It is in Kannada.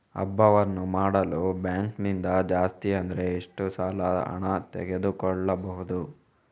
ಹಬ್ಬವನ್ನು ಮಾಡಲು ಬ್ಯಾಂಕ್ ನಿಂದ ಜಾಸ್ತಿ ಅಂದ್ರೆ ಎಷ್ಟು ಸಾಲ ಹಣ ತೆಗೆದುಕೊಳ್ಳಬಹುದು?